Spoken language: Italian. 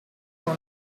non